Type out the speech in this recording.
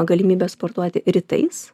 galimybę sportuoti rytais